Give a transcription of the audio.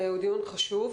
הוא דיון חשוב.